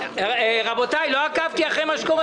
רבותי, לא עקבתי אחר הדברים.